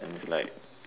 it's like